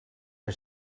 are